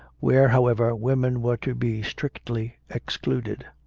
where, however, women were to be strictly excluded.